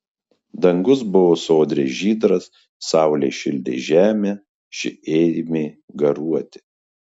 dangus buvo sodriai žydras saulė šildė žemę ši ėmė garuoti